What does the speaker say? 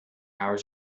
hours